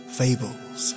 fables